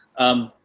um,